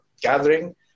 gathering